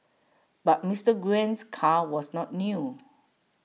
but Mister Nguyen's car was not new